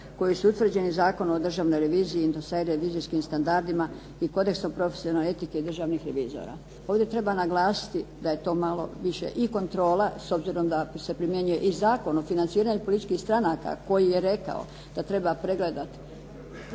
koji su utvrđeni Zakonom o državnoj reviziji i … /Govornica se ne razumije./… standardima i kodeksom profesionalne etike i državnih revizora. Ovdje treba naglasiti da je to malo više i kontrola, s obzirom da ako se primjenjuje i Zakon o financiranju političkih stranaka koji je rekao da treba pregledati